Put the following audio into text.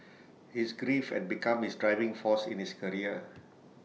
his grief had become his driving force in his career